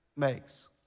makes